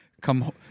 Come